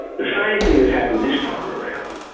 the same thing has happened this time around.